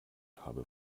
habe